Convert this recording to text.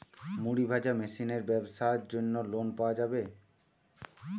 মুড়ি ভাজা মেশিনের ব্যাবসার জন্য লোন পাওয়া যাবে?